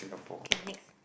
K next